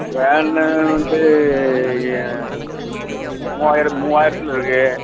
ஃபேன்னு வந்து மூவாயிரம் மூவாயிரத்தில் இருக்கு